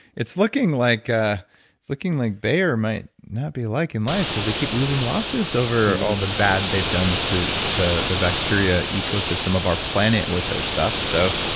it's looking like ah looking like bayer might not be liking life because they keep losing lawsuits over all the bad they've done to the the bacteria ecosystem of our planet with their stuff. so,